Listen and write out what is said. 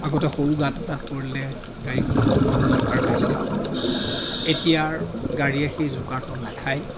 আগতে সৰু গাঁত এটাত পৰিলে গাড়ীখনে সম্পূৰ্ণ জোকাৰ খাইছিল এতিয়াৰ গাড়ীয়ে সেই জোকাৰটো নাখায়